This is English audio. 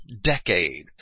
decade